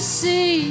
see